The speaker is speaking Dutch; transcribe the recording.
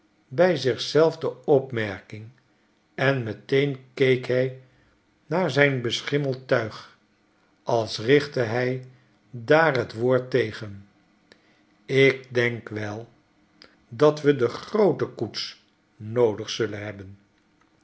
bij zich zelf deopmerking enmeteen keek hij naar zijn beschimmeld tuig als richtte hij daar het woord tegen ik denk wel dat wede'groote koets noodig zullen hebben